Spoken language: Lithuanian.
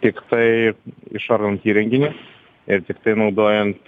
tiktai išardant įrenginį ir tiktai naudojant